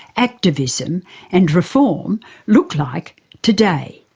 activism and reform look like today.